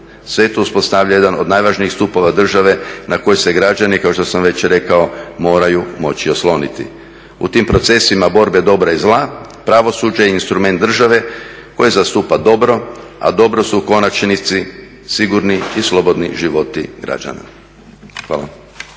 Sve to uspostavlja jedan od najvažnijih stupova države na koji se građani kao što sam već rekao moraju moći osloniti. U tim procesima borbe dobra i zla pravosuđe je instrument države koje zastupa dobro, a dobro se u konačnici sigurni i slobodni životi građana. Hrvatska